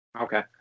okay